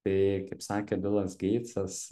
tai kaip sakė bilas geitsas